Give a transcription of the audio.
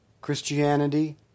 Christianity